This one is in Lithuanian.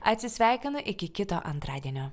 atsisveikinu iki kito antradienio